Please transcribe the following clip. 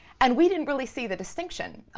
and we didn't really see the distinction,